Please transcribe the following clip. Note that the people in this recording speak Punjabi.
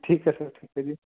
ਠੀਕ ਹੈ ਸਰ ਠੀਕ ਹੈ ਜੀ